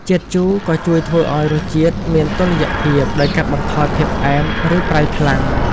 ជាតិជូរក៏ជួយធ្វើឱ្យរសជាតិមានតុល្យភាព ដោយកាត់បន្ថយភាពផ្អែម ឬប្រៃខ្លាំង។